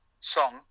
song